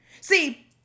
See